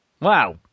Wow